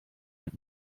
mit